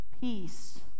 peace